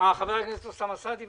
חבר הכנסת אוסאמה סעדי.